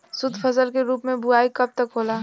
शुद्धफसल के रूप में बुआई कब तक होला?